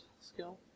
skill